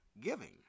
giving